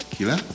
Kila